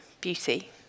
beauty